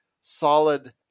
solid